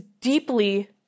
deeply